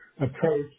approach